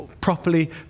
properly